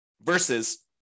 Versus